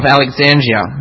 Alexandria